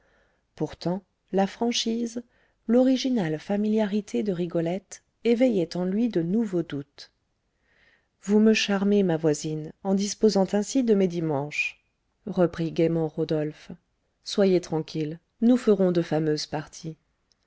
pourtant la franchise l'originale familiarité de rigolette éveillaient en lui de nouveaux doutes vous me charmez ma voisine en disposant ainsi de mes dimanches reprit gaiement rodolphe soyez tranquille nous ferons de fameuses parties